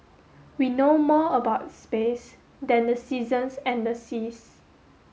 we know more about space than the seasons and the seas